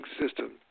system